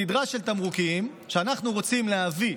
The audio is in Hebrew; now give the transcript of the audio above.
סדרה של תמרוקים שאנחנו רוצים להביא